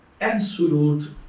absolute